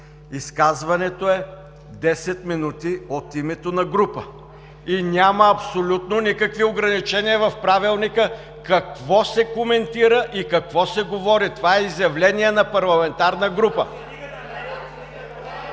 изказването е 10 минути от името на група и няма абсолютно никакви ограничения в Правилника какво се коментира и какво се говори. Това е изявление на парламентарна група!